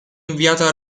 inviato